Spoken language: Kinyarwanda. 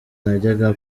najyaga